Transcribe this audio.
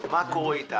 מה קורה איתה?